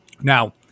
Now